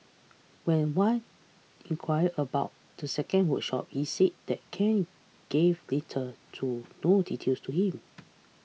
when Wan inquired about the second workshop he said that Ken gave little to no details to him